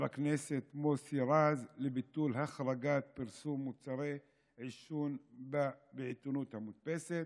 הכנסת מוסי רז לביטול החרגת פרסום מוצרי עישון בעיתונות המודפסת.